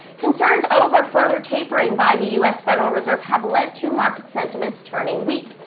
concerns over further tapering by the us federal reserve have led to market sentiments turning weak.